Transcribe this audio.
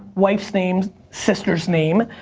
wife's name, sister's name.